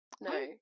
No